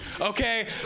okay